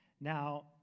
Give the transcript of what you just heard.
Now